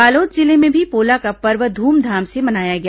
बालोद जिले में भी पोला का पर्व ध्मधाम से मनाया गया